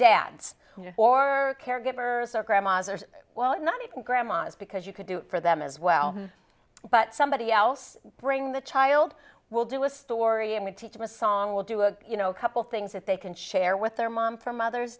dads or caregivers or grandmas or well not even grandmas because you could do it for them as well but somebody else bring the child will do a story and we teach them a song will do a couple things that they can share with their mom for mother's